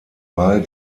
wahl